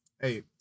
Hey